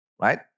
right